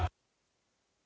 Hvala.